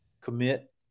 commit